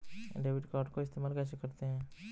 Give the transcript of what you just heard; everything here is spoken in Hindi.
डेबिट कार्ड को इस्तेमाल कैसे करते हैं?